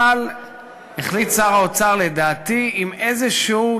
אבל החליט שר האוצר, לדעתי עם איזושהי